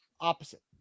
opposite